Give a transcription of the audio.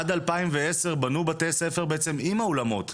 עד 2010 בנו בתי ספר בעצם עם האולמות,